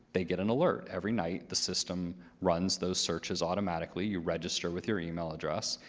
they get an alert. every night, the system runs those searches automatically. you register with your email address,